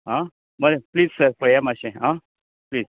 आं बरें please sir पळया मातशें आं प्लीज